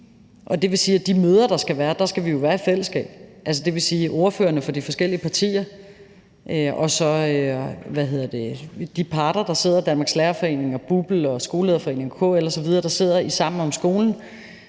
Det vil sige, at de møder, der skal være, holdes i fællesskab mellem ordførerne for de forskellige partier og så de parter, altså Danmarks Lærerforening, BUPL, Skolelederforeningen og KL osv., der sidder i Sammen om skolen.